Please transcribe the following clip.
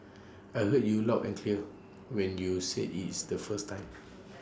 I heard you loud and clear when you said IT the first time